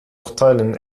urteilen